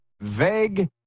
vague